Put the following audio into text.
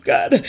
God